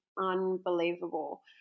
unbelievable